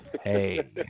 Hey